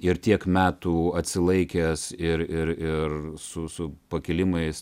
ir tiek metų atsilaikęs ir ir ir su su pakilimais